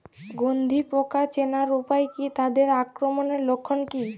গন্ধি পোকা চেনার উপায় কী তাদের আক্রমণের লক্ষণ কী?